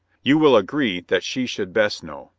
you will agree that she should best know?